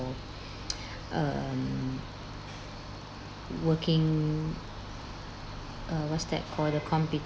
um working uh what's that call the